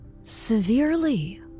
Severely